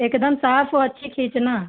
एकदम साफ औ अच्छी खींचना